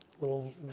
little